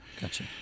Gotcha